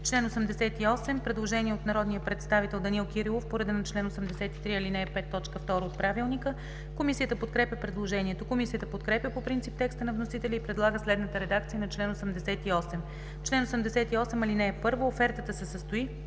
чл. 88 има предложение от народния представител Данаил Кирилов по реда на чл. 83, ал. 5, т. 2 от Правилника. Комисията подкрепя предложението. Комисията подкрепя по принцип текста на вносителя и предлага следната редакция на чл. 88: „Чл. 88. (1) Офертата се състои